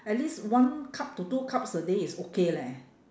at least one cup to two cups a day is okay leh